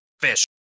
fish